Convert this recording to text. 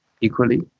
equally